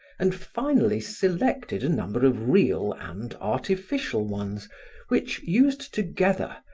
and finally selected a number of real and artificial ones which, used together,